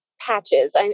patches